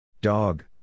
Dog